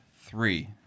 three